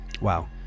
wow